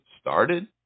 started